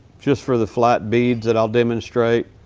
just for the flat beads that i'll demonstrate,